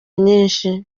nyinshi